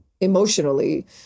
emotionally